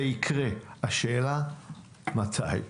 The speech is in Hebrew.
זה יקרה, השאלה מתי.